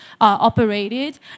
operated